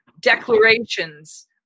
declarations